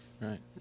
right